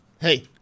hey